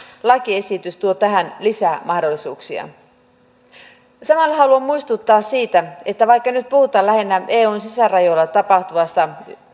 lakiesitys tuo tähän lisää mahdollisuuksia samalla haluan muistuttaa siitä että vaikka nyt puhutaan lähinnä eun sisärajoilla tapahtuvasta